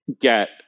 get